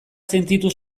sentitu